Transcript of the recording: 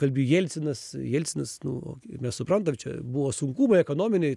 kalbi jelcinas jelcinas nu mes suprantam čia buvo sunkumai ekonominiai